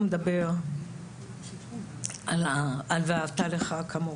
הוא מדבר על ואהבת לרעיך כמוך,